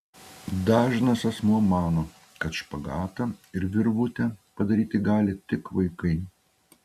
dažnas asmuo mano kad špagatą ir virvutę padaryti gali tik vaikai